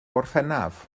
orffennaf